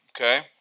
Okay